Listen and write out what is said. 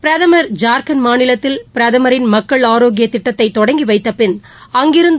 பிரதமா் ஜார்கண்ட் மாநிலத்தில் பிரதமாின் மக்கள் ஆரோக்கியதிட்டத்தைதொடங்கிவைத்தபின் அங்கிருந்து